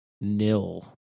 nil